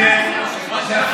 אני מעדכן שאני, היושב-ראש,